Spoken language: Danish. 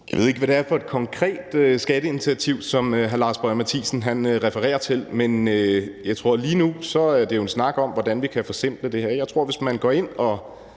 Jeg ved ikke, hvad det er for et konkret skatteinitiativ, som hr. Lars Boje Mathiesen refererer til, men jeg tror jo, det lige nu er en snak om, hvordan vi kan forsimple det her, og jeg tror, at man, hvis man går ind og